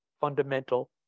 fundamental